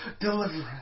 deliverance